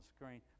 screen